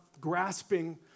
grasping